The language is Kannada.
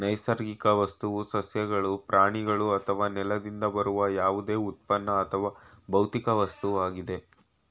ನೈಸರ್ಗಿಕ ವಸ್ತುವು ಸಸ್ಯಗಳು ಪ್ರಾಣಿಗಳು ಅಥವಾ ನೆಲದಿಂದ ಬರುವ ಯಾವುದೇ ಉತ್ಪನ್ನ ಅಥವಾ ಭೌತಿಕ ವಸ್ತುವಾಗಿದೆ